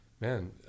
man